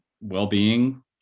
well-being